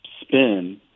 spin